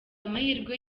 amahirwe